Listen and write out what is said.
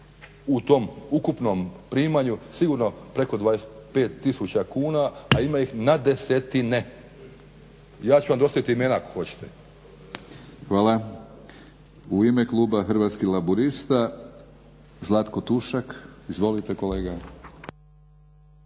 u tom ukupnom primanju sigurno preko 25 tisuća kuna, a ima ih na desetine. Ja ću vam dostaviti i imena ako hoćete. **Batinić, Milorad (HNS)** Hvala. U ime kluba Hrvatskih laburista Zlatko Tušak. Izvolite kolega.